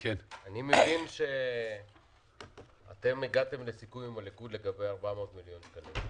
אני מבין שאתם הגעתם לסיכום עם הליכוד לגבי 400 מיליון שקלים.